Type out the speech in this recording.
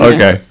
Okay